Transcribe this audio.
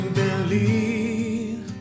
believe